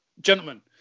gentlemen